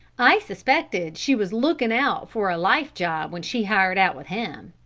i suspected she was lookin' out for a life job when she hired out with him.